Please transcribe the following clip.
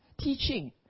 teaching